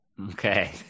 okay